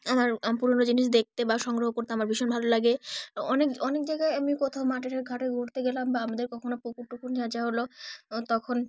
আমার পুরনো জিনিস দেখতে বা সংগ্রহ করতে আমার ভীষণ ভালো লাগে অনেক অনেক জায়গায় আমি কোথাও মাঠে ঘাটে ঘুরতে গেলাম বা আমাদের কখনও পুকুর টুকুর ছ্যাঁচা হলো তখন